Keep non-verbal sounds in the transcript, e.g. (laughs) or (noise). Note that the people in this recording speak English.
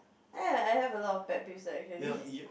err I have a lot of bad place to actually (laughs)